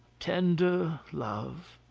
tender love.